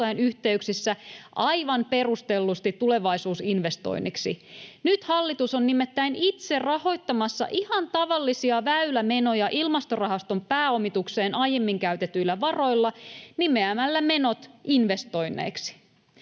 yhteyksissä aivan perustellusti tulevaisuusinvestoinniksi. Nyt hallitus on nimittäin itse rahoittamassa ihan tavallisia väylämenoja Ilmastorahaston pääomitukseen aiemmin käytetyillä varoilla nimeämällä menot investoinneiksi.